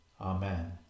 Amen